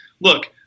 look